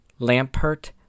Lampert